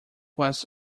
was